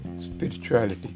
spirituality